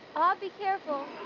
ah be careful.